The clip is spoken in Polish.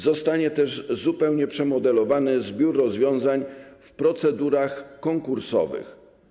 Zostanie też zupełnie przemodelowany zbiór rozwiązań w procedurach konkursowych.